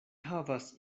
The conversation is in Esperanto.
havas